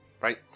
Right